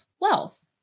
wealth